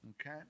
Okay